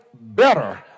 better